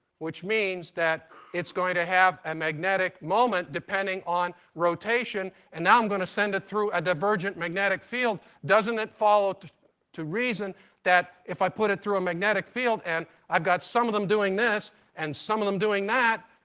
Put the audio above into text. which means that it's going to have a magnetic moment depending on rotation. and now i'm going to send it through a divergent magnetic field. doesn't it follow to to reason that if i put it through a magnetic field and i've got some of them doing this and some of them doing that,